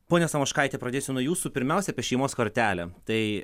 ponia samoškaite pradėsiu nuo jūsų pirmiausia apie šeimos kortelę tai